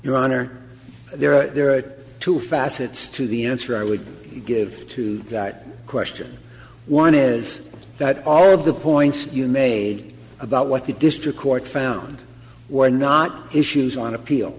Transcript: your honor there are two facets to the answer i would give to that question one is that all of the points you made about what the district court found were not issues on appeal